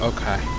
Okay